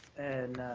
and